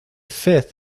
fifth